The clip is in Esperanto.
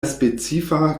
specifa